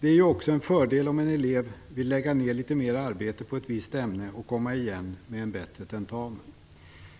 Det är ju också en fördel om en elev vill lägga ner litet mer arbete på ett visst ämne och komma igen med en bättre tentamen.